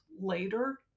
later